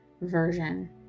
version